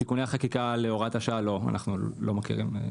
בתיקוני החקיקה להוראת השעה לא, אנחנו לא מכירים.